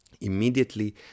immediately